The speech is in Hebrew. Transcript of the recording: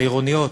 העירוניות,